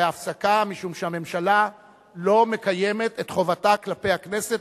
הפסקה משום שהממשלה לא מקיימת את חובתה כלפי הכנסת